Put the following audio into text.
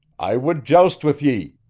i would joust with ye,